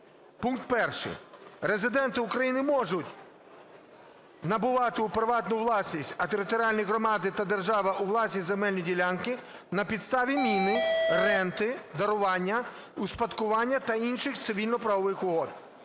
Пункт 1. Резиденти України можуть набувати в приватну власність, а територіальні громади та держава у власність земельні ділянки, на підставі міни, ренти, дарування, успадкування та інших цивільно-правових угод.